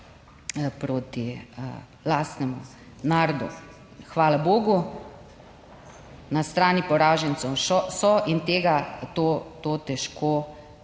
proti lastnemu narodu. Hvala bogu, na strani poražencev so, in tega pač